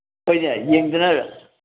ꯍꯣꯏꯅꯦ ꯌꯦꯡꯗꯅ